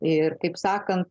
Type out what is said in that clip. ir kaip sakant